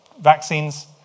vaccines